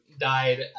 died